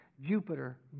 Jupiter